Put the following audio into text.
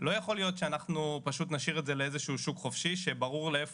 לא יכול להיות שאנחנו נשאיר את זה לאיזה שהוא שוק חופשי שברור איפה